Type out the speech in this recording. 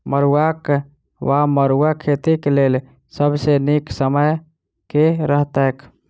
मरुआक वा मड़ुआ खेतीक लेल सब सऽ नीक समय केँ रहतैक?